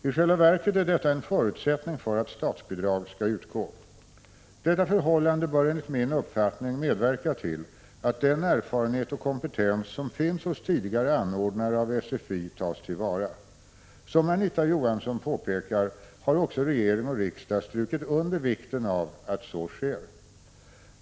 I själva verket är detta en förutsättning för att statsbidrag skall utgå. Detta förhållande bör enligt min uppfattning medverka till att den erfarenhet och kompetens som finns hos tidigare anordnare av sfi tas till vara. Som Anita Johansson påpekar har också regering och riksdag strukit under vikten av att så sker.